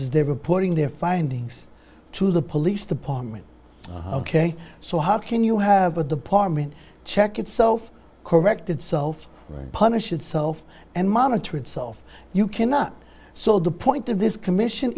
they reporting their findings to the police department ok so how can you have a department check itself correct itself punish itself and monitor itself you cannot so the point of this commission